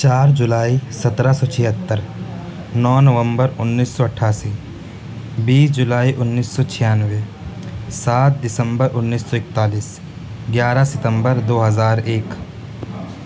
چار جولائی سترہ سو چھیہتر نو نومبر انیس سو اٹھاسی بیس جولائی انیس سو چھیانوے سات دسمبر انیس سو اکتالیس گیارہ ستمبر دو ہزار ایک